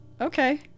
okay